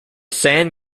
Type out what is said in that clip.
san